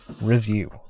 review